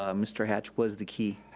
ah mr. hatch was the key.